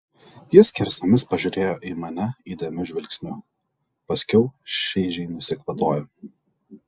ji skersomis pažiūrėjo į mane įdėmiu žvilgsniu paskiau šaižiai nusikvatojo